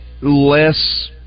less